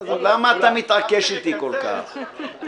למה אתה מתעקש איתי כל כך?